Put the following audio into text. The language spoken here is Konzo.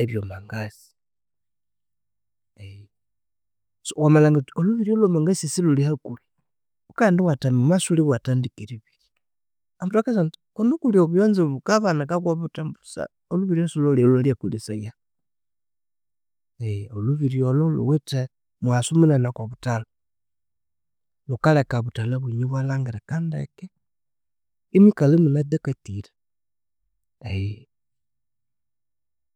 ebyomangasi. so wamalhangira wuthi olhubiryo lwamangasi silhuli hakuhi wukaghenda iwathema amasule iwathandika eribirya omundu akasa athi kunukulhi obuyonzo bukabanika kobuthi olhubiryo silhwalhulya olhwawuyakolesaya. Eghe olhubiryo olho lhuwithe muwasu munene oko buthalha lhukaleka obuthalha bwenyu ibwalangirika ndeke imwikalha munathakathire